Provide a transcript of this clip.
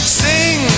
sing